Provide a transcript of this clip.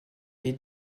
est